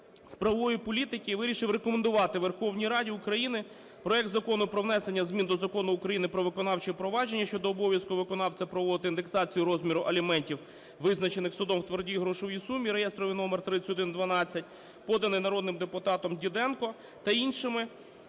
з правової політики вирішив рекомендувати Верховній Раді України проект Закону про внесення змін до Закону "Про виконавче провадження" (щодо обов'язку виконавця проводити індексацію розміру аліментів, визначених судом в твердій грошовій сумі) (реєстровий номер 3112), поданий народним депутатом Діденко та іншими,